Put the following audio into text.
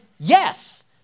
Yes